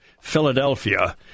Philadelphia